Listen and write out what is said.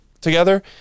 together